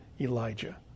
Elijah